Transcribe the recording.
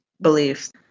beliefs